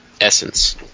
essence